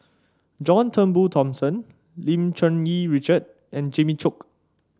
John Turnbull Thomson Lim Cherng Yih Richard and Jimmy Chok